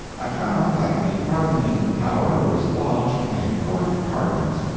i found that the pardoning power was lodged in a court of pardons,